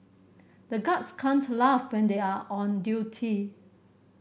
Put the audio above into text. the guards can't laugh when they are on duty